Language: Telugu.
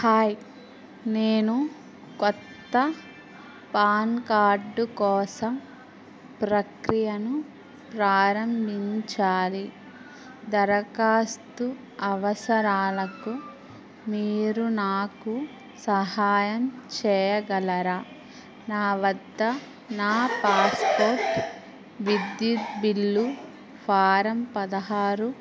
హాయ్ నేను కొత్త పాన్ కార్డు కోసం ప్రక్రియను ప్రారంభించాలి దరఖాస్తు అవసరాలకు మీరు నాకు సహాయం చేయగలర నా వద్ద నా పాస్పోర్ట్ విద్యుత్ బిల్లు ఫారం పదహారు